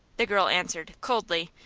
the girl answered, coldly,